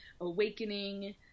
awakening